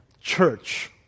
church